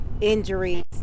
injuries